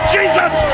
Jesus